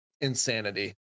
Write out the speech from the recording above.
insanity